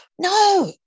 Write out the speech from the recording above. No